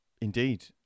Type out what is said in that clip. indeed